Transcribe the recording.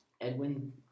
Edwin